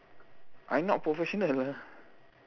I not professional lah